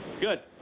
Good